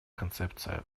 концепция